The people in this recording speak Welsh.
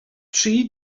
tri